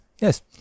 Yes